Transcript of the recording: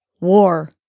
war